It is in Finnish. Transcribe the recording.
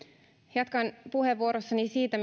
jatkan puheenvuorossani siitä